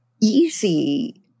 easy